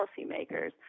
policymakers